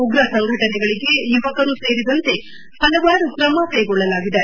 ಉಗ್ರ ಸಂಘಟನೆಗಳಿಗೆ ಯುವಕರು ಸೇರಿದಂತೆ ಪಲವಾರು ಕ್ರಮ ಕೈಗೊಳ್ಳಲಾಗಿದೆ